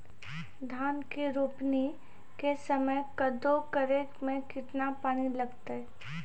धान के रोपणी के समय कदौ करै मे केतना पानी लागतै?